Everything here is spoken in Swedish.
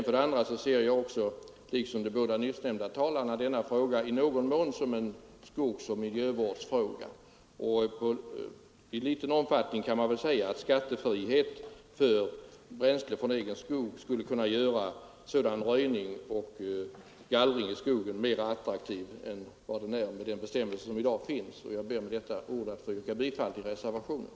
Vidare ser jag, liksom de båda nyssnämnda talarna, denna fråga i någon mån som en skogsoch miljövårdsfråga. Skattefrihet för bränsle från egen skog skulle väl kunna göra sådan röjning och gallring i skogen mera attraktiv än vad den är med de bestämmelser som finns i dag. Herr talman! Jag ber med dessa ord att få yrka bifall till reservationen.